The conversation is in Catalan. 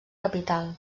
capital